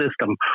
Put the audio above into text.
system